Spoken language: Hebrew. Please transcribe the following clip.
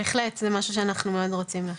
בהחלט, זה משהו שאנחנו גם מאוד רוצים לעשות.